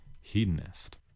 Hedonist